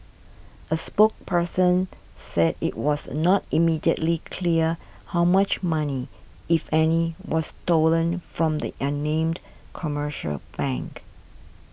a spokesperson said it was not immediately clear how much money if any was stolen from the unnamed commercial bank